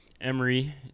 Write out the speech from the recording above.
Emery